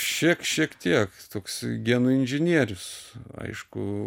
šiek šiek tiek toks genų inžinierius aišku